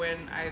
when I